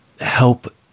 help